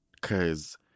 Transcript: cause